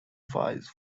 files